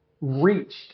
reached